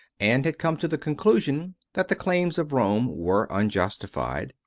and had come to the conclusion that the claims of rome were unjustified,